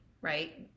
Right